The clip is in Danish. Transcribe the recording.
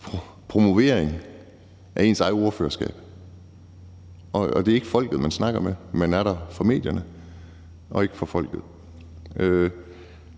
promovering af ens eget ordførerskab, og det er ikke folket, man snakker med. Man er der for medierne og ikke for folket.